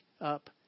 up